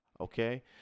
Okay